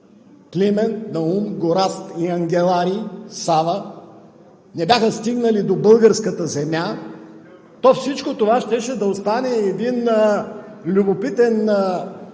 Климент, Наум, Горазд, Сава и Ангеларий, не бяха стигнали до българската земя, то всичко това щеше да остане един любопитен